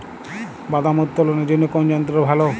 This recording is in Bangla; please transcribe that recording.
বাদাম উত্তোলনের জন্য কোন যন্ত্র ভালো?